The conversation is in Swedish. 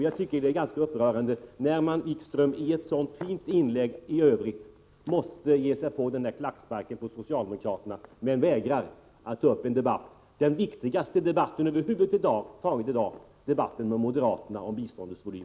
Jag tycker att det är ganska upprörande, Jan-Erik Wikström, att man i ett i övrigt så fint inlägg som detta måste ge sig på en klackspark mot socialdemokraterna men vägrar att ta upp det som i dag är den viktigaste debatten över huvud taget — debatten om moderaterna och biståndets volym.